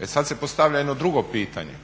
E sad se postavlja jedno drugo pitanje,